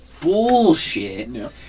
bullshit